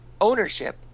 ownership